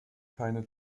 keine